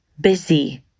busy